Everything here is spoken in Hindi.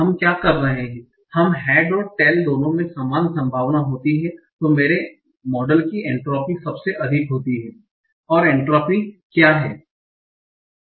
हम क्या कह रहे हैं जब हेड और टेल दोनों में समान संभावना होती है तो मेरे मॉडल की एंट्रोपी सबसे अधिक होती है एंट्रोपी क्या है